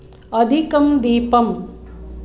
अधिकः दीपः